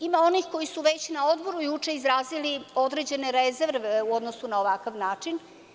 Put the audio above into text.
Ima onih koji su već na odboru juče izrazili određene rezerve u odnosu na ovakav način.